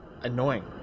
annoying